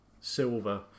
Silver